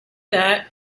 that